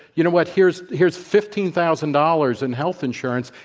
you know what? here's here's fifteen thousand dollars in health insurance,